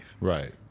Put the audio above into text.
Right